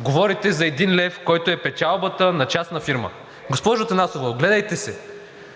говорите за един лев, който е печалбата на частна фирма. Госпожо Атанасова, огледайте се,